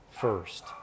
first